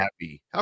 happy